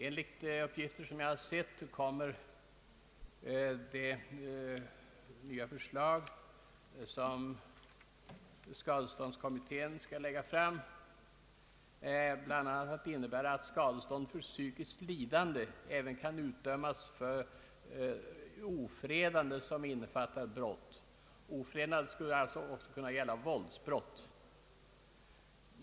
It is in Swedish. Enligt uppgifter jag sett kommer det nya förslag som skadeståndskommittén skall lägga fram bl a. att innebära att skadestånd för psykiskt lidande även kan utdömas för ofredande som innefattar brott. Ofredande skulle alltså kunna gälla våldsbrott.